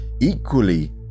equally